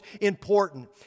important